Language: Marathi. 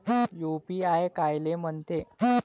यू.पी.आय कायले म्हनते?